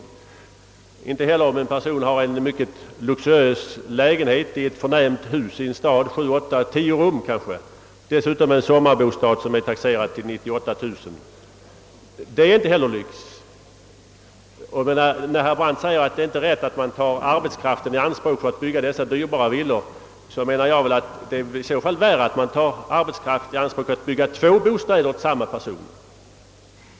Lagstiftningen drabbar inte heller en person som har en mycket luxuös lägenhet på sju, åtta ja kanske tio rum i ett förnämt hus i en stad och dessutom en sommarbostad taxerad till 98 000 kronor. Det är inte heller lyx! När herr Brandt säger att det inte är rätt att ta arbetskraft i anspråk för att bygga dessa dyrbara villor, vill jag säga att det i så fall är värre när man tar arbetskraft i anspråk för att bygga två bostäder åt samma person.